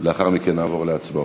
לאחר מכן נעבור להצבעות.